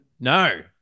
no